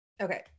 Okay